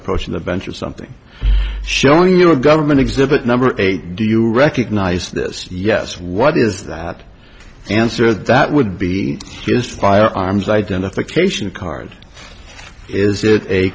approaching the bench or something showing you a government exhibit number eight do you recognize this yes what is that answer that would be just firearms identification card is it a